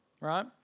right